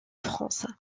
france